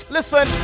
Listen